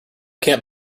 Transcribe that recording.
can’t